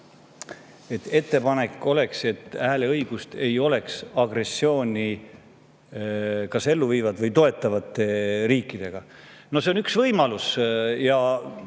Kas ettepanek oleks, et hääleõigust ei oleks agressiooni kas ellu viivate või toetavate riikide [kodanikel]? No see on üks võimalus ja